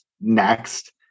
next